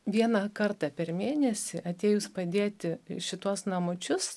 vieną kartą per mėnesį atėjus padėti į šituos namučius